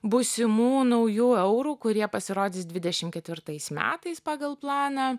būsimų naujų eurų kurie pasirodys dvidešim ketvirtais metais pagal planą